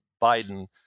Biden